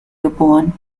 geboren